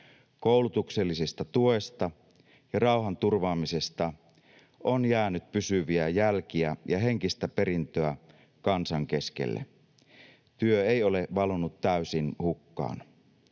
koulutuksellisesta tuesta ja rauhanturvaamisesta on jäänyt pysyviä jälkiä ja henkistä perintöä kansan keskelle. Työ ei ole valunut täysin hukkaan.